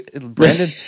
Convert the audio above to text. Brandon